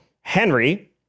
Henry